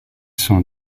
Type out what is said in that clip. sont